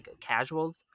casuals